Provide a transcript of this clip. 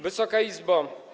Wysoka Izbo!